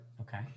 Okay